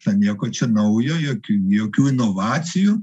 tai nieko čia naujo jokių jokių inovacijų